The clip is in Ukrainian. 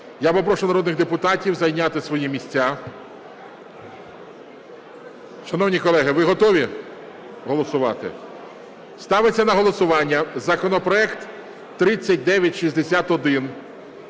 Я попрошу народних депутатів зайняти свої місця. Шановні колеги, ви готові голосувати? Ставиться на голосування законопроект 3961: